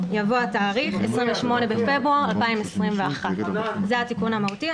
יבוא התאריך "28 בפברואר 2021". זה התיקון המהותי.